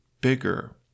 bigger